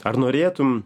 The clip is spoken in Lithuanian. ar norėtum